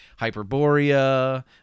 hyperborea